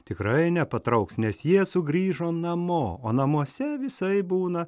tikrai nepatrauks nes jie sugrįžo namo o namuose visaip būna